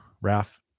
raf